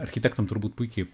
architektam turbūt puikiai